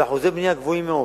באחוזי בנייה גבוהים מאוד,